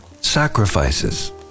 sacrifices